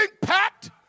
packed